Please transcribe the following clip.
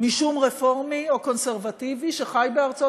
משום רפורמי או קונסרבטיבי שחי בארצות